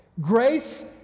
Grace